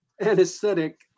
anesthetic